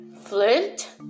Flint